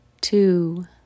Two